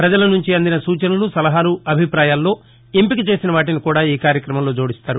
ప్రజల నుంచి అందిన సూచనలు సలహాలు అభిప్రాయాలలో ఎంపిక చేసిన వాటిని కూడా ఈ కార్యక్రమంలో జోడిస్తారు